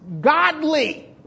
godly